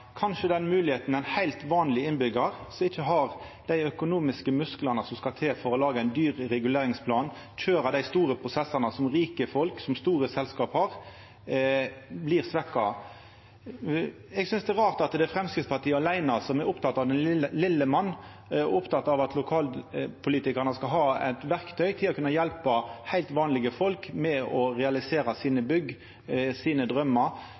kanskje den mogelegheita ein heilt vanleg innbyggjar har, ein som ikkje har dei økonomiske musklane som skal til for å laga ein dyr reguleringsplan og køyra dei store prosessane som rike folk og store selskap har – dette blir svekt. Eg synest det er rart at det er Framstegspartiet aleine som er oppteken av den litle mannen, oppteken av at lokalpolitikarane skal ha eit verktøy til å hjelpa heilt vanlege folk med å realisera sine bygg, sine